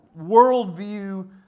worldview